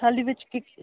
ਥਾਲੀ ਵਿੱਚ ਕੀ ਕੀ ਆ